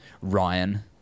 Ryan